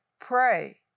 pray